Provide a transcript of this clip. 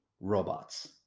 robots